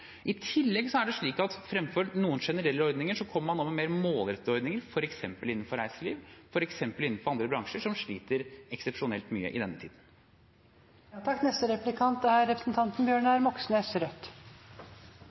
I tillegg er det slik at fremfor noen generelle ordninger kommer man med mer målrettede ordninger, f.eks. innenfor reiseliv eller andre bransjer som sliter eksepsjonelt mye i denne tiden. Regjeringen sier at de arbeidsløse er